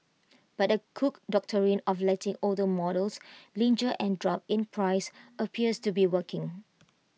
but the cook Doctrine of letting older models linger and drop in price appears to be working